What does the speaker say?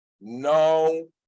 No